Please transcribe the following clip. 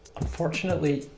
unfortunately,